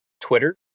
Twitter